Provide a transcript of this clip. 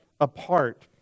Apart